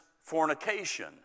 fornication